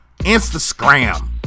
Instagram